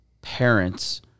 parents